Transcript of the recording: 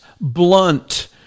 blunt